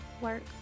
work